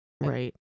Right